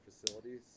facilities